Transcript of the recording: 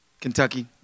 Kentucky